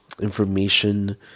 information